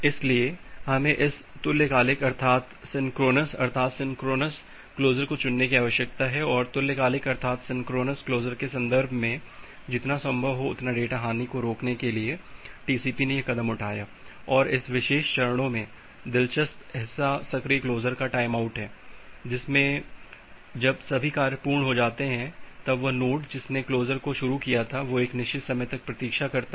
इसलिए हमें इस तुल्यकालिक अर्थात सिन्क्रोनॉस अर्थात सिन्क्रोनॉस क्लोसर को चुनने की आवश्यकता है और तुल्यकालिक अर्थात सिन्क्रोनॉस क्लोसर के सन्दर्भ में जितना संभव हो उतना डेटा हानि को रोकने के लिए टीसीपी ने यह कदम उठाया है और इस विशेष चरणों में दिलचस्प हिस्सा सक्रिय क्लोसर का टाइमआउट है जिसमें जब सभी कार्य पूर्ण हो जाते हैं तब वह नोड जिसने क्लोसर को शुरू किया था वो एक निश्चित समय तक प्रतीक्षा करता है